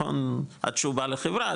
התשובה לחברה,